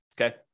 okay